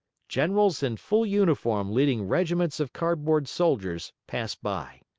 generals in full uniform leading regiments of cardboard soldiers passed by.